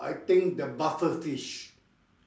I think the puffer fish